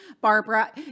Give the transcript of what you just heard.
Barbara